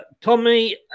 tommy